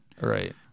Right